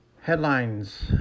Headlines